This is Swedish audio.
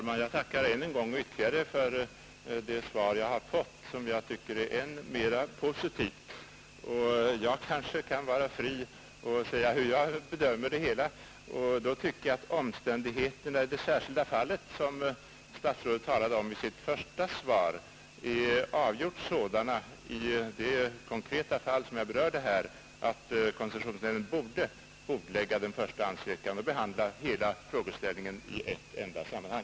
Herr talman! Jag tackar ytterligare för det svar som jag nu har fått och som jag tycker är än mera positivt. Jag kanske kan vara fri att säga hur jag bedömer det hela. Jag tycker att omständigheterna i det särskilda fall som statsrådet talade om i sitt första svar avgjort är sådana att koncessionsnämnden borde bordlägga den första ansökan och behandla hela frågeställningen i ett sammanhang.